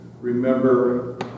remember